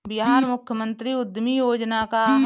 बिहार मुख्यमंत्री उद्यमी योजना का है?